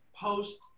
post